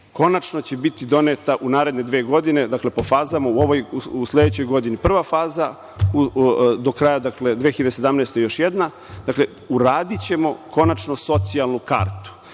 Konačno će biti doneta u naredne dve godine, po fazama u sledećoj godini prva faza, do kraja 2017. godine još jedna, uradićemo konačno socijalnu kartu.